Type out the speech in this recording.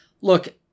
look